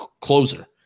closer